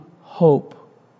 hope